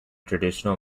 traditional